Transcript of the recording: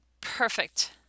perfect